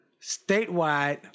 statewide